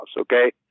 okay